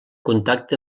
contacte